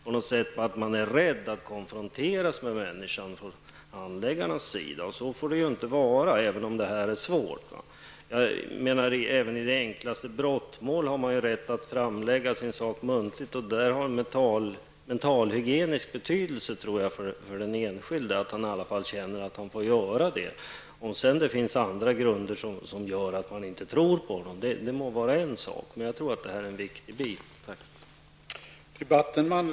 På något sätt tycks man från handläggarnas sida vara rädd för att konfronteras med personen i fråga. Så får det inte vara, även om det handlar om svåra saker. Även i det enklaste brottmål har man ju rätt att framlägga sin sak muntligt. Jag tror att det så att säga har mentalhygienisk betydelse för den enskilde att vederbörande känner att de är tillåtet att framlägga sin sak. Om det sedan finns skäl som gör att man inte tror på vederbörande är en annan sak. Vad jag är har talat om tror jag emellertid är en viktig bit.